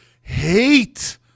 hate